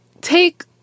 Take